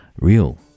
real